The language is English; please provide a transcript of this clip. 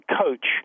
coach